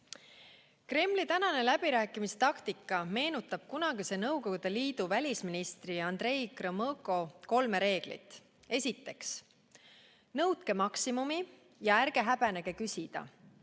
Kremli tänane läbirääkimistaktika meenutab kunagise Nõukogude Liidu välisministri Andrei Gromõko kolme reeglit. Esiteks, nõudke maksimumi ja ärge häbenege küsida.